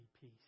peace